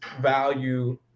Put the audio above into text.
value